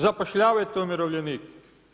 Zapošljavajte umirovljenike.